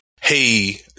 hey